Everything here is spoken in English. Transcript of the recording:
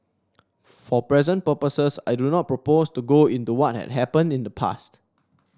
for present purposes I do not propose to go into what had happened in the past